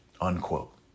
unquote